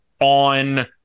on